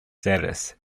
status